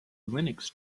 linux